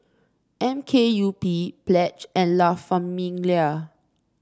M K U P Pledge and La Famiglia